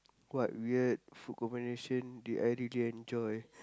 what weird food combination did I really enjoy